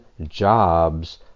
jobs